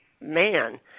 man